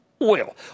Oil